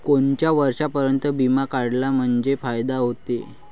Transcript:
कोनच्या वर्षापर्यंत बिमा काढला म्हंजे फायदा व्हते?